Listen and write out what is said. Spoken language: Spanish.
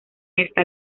esta